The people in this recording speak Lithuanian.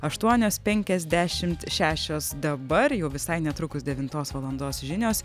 aštuonios penkiasdešimt šešios dabar jau visai netrukus devintos valandos žinios